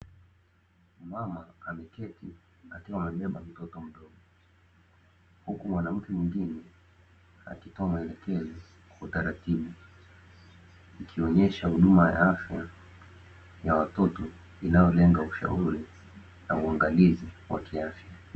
Mama ameketi akiwa amebeba mtoto mdogo, huku mwanamke mwengine akitoa maelekezo kwa taratibu; akionyesha huduma ya afya ya watoto, inayolenga ushauri na uangalizi wa kiafya.